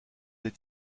des